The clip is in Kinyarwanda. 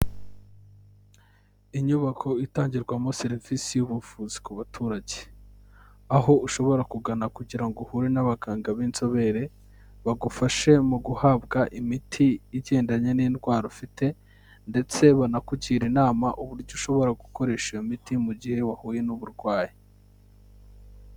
Inyubako itangirwamo serivisi y'ubuvuzi ku baturage, aho ushobora kugana kugira ngo uhure n'abaganga b'inzobere, bagufashe mu guhabwa imiti igendanye n'indwara ufite ndetse banakugire inama uburyo ushobora gukoresha iyo miti mu gihe wahuye n'uburwayi.